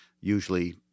usually